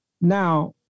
Now